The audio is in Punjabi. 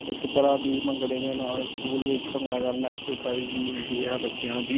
ਇੱਕ ਤਰ੍ਹਾਂ ਦੀ ਭੰਗੜੇ ਦੇ ਨਾਲ ਸਕੂਲ ਵਿੱਚ ਭੰਗੜਾ ਕਰਨਾ ਐਕਸਰਸਾਈਜ਼ ਵੀ ਹੁੰਦੀ ਹੈ ਬੱਚਿਆਂ ਦੀ